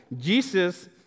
Jesus